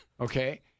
okay